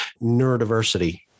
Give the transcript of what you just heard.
neurodiversity